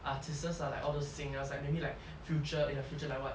artistes lah like all those singers like maybe like future in the future like what